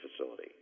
facility